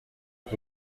est